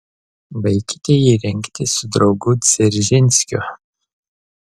baikite jį rengti su draugu dzeržinskiu